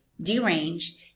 deranged